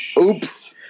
Oops